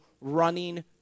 running